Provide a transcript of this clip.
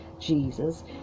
Jesus